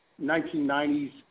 1990s